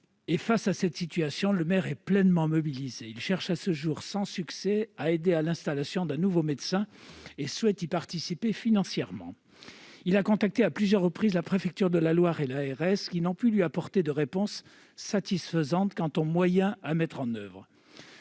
Face à cette situation, le maire est pleinement mobilisé ; il cherche, à ce jour sans succès, à aider à l'installation d'un nouveau médecin et souhaite y participer financièrement. Il a contacté à plusieurs reprises la préfecture de la Loire et l'ARS, qui n'ont pu lui apporter de réponse satisfaisante quant aux moyens à mettre en oeuvre.